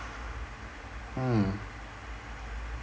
hmm